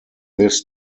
this